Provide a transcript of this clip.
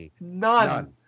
None